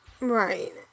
Right